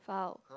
fouled